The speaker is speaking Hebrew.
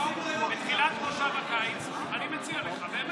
בתחילת מושב הקיץ, אני מציע לך, באמת,